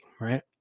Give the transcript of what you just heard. right